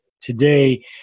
today